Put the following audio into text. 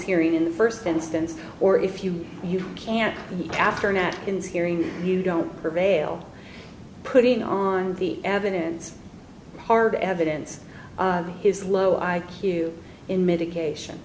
hearing in the first instance or if you can't after napkins hearing you don't prevail putting on the evidence hard evidence his low i q in medication